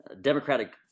Democratic